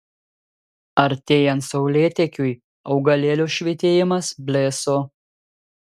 artėjant saulėtekiui augalėlio švytėjimas blėso